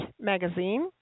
Magazine